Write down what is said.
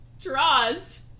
draws